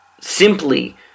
simply